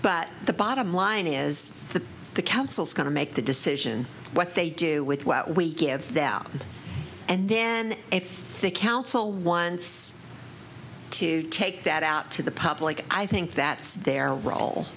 but the bottom line is that the council's going to make the decision what they do with what we give them and then if the council wants to take that out to the public i think that's their role